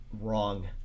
wrong